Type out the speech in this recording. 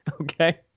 Okay